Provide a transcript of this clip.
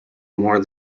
more